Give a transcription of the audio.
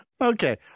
Okay